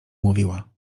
mówiła